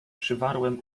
przywarłem